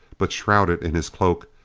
but shrouded in his cloak,